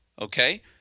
okay